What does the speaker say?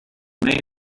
may